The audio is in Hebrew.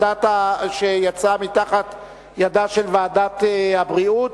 שיצאה מתחת ידה של ועדת הבריאות.